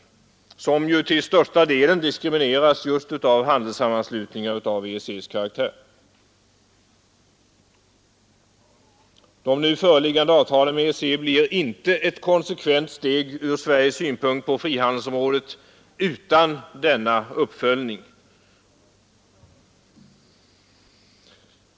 De diskrimineras ju i de flesta fall just av sammanslutningar av EEC:s karaktär. De nu föreliggande avtalen med EEC blir ur Sveriges synpunkt inte ett konsekvent steg rihandelsområdet utan denna uppföljning.